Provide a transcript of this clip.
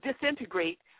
disintegrate